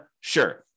Sure